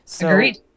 agreed